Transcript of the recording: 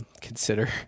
consider